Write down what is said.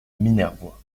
minervois